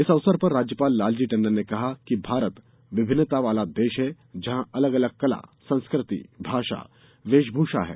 इस अवसर पर राज्यपाल लालजी टंडन ने कहा कि भारत विभिन्नता वाला देश है जहाँ अलग अलग कला संस्कृति भाषा वेशभूषा है